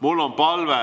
Mul on palve,